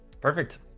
Perfect